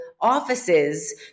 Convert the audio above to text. offices